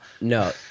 No